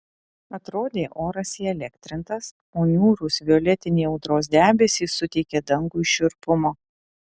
atrodė oras įelektrintas o niūrūs violetiniai audros debesys suteikė dangui šiurpumo